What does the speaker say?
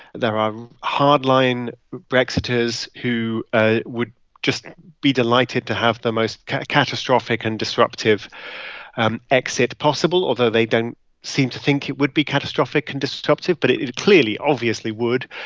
there are hard-line brexiters who ah would just be delighted to have the most catastrophic and disruptive and exit possible, although they don't seem to think it would be catastrophic and destructive, but it it clearly, obviously would.